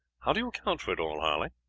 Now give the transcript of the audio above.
how do you account for it all, harley